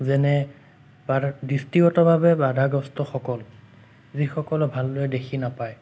যেনে ব্যক্তিগতভাৱে বাধাগ্ৰস্তসকল যিসকলে ভালদৰে দেখি নাপায়